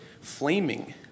flaming